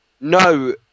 no